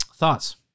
thoughts